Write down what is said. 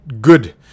good